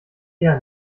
eher